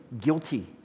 guilty